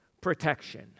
protection